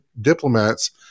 diplomats